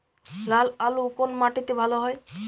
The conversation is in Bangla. লাল আলু কোন মাটিতে ভালো হয়?